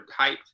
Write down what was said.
hyped